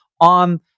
on